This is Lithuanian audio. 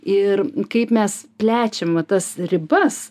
ir kaip mes plečiame tas ribas